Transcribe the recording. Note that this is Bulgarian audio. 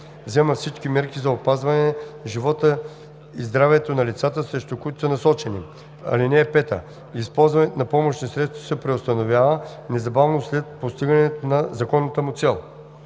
взема всички мерки за опазване живота и здравето на лицата, срещу които са насочени. (5) Използването на помощни средства се преустановява незабавно след постигане на законната му цел.“